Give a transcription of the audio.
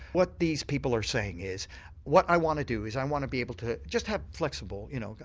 what these people are saying is what i want to do is i want to be able to just have flexible you know,